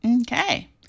Okay